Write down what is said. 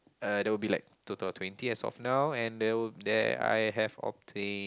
uh there will be like total of twenty as of now and there will there I have obtain